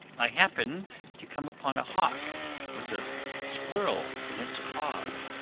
i happened to come upon a hawk with a squirrel in its claws.